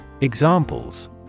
Examples